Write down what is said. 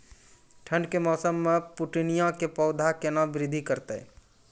ठंड के मौसम मे पिटूनिया के पौधा केना बृद्धि करतै?